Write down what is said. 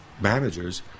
managers